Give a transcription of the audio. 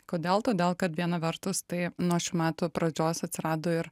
kodėl todėl kad viena vertus tai nuo šių metų pradžios atsirado ir